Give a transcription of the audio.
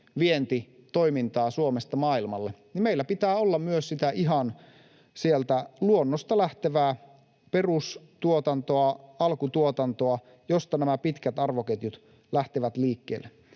vientitoimintaa Suomesta maailmalle, niin meillä pitää olla myös sitä ihan sieltä luonnosta lähtevää perustuotantoa, alkutuotantoa, josta nämä pitkät arvoketjut lähtevät liikkeelle.